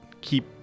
keep